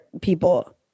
people